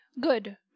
Good